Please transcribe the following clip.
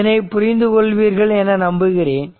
இதனை புரிந்து கொள்வீர்கள் என நம்புகிறேன்